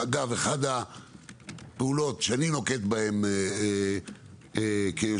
אחת הפעולות שאנו נוקט בהן כיושב-ראש,